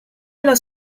los